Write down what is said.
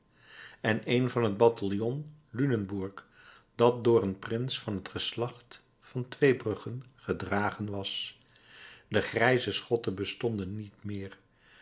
en een van het bataljon lunenburg dat door een prins van het geslacht van tweebruggen gedragen was de grijze schotten bestonden niet meer